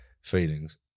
feelings